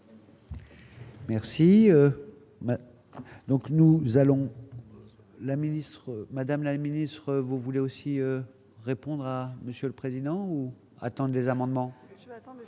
madame la ministre, vous voulez aussi répondre à Monsieur le Président, ou attendent des amendements